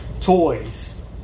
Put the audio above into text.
toys